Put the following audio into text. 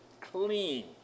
clean